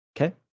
Okay